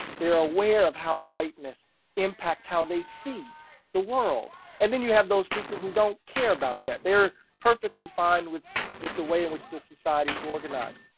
they're aware of how whiteness impacts, how they see the world. and then you have those people who don't care about that. they're perfectly fine with with the way in which the society is organized.